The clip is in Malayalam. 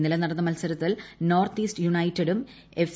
ഇന്നലെ ന്ട്ടുന്ന് മത്സരത്തിൽ നോർത്ത് ഈസ്റ്റ് യുണൈറ്റഡും എഫ്